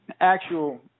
actual